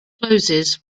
closes